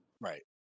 Right